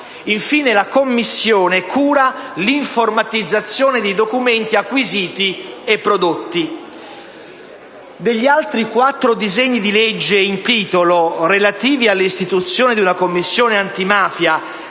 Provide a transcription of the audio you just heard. Infine, la Commissione cura l'informatizzazione dei documenti acquisiti e prodotti. Degli altri quattro disegni di legge in titolo, relativi all'istituzione di una Commissione antimafia